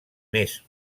més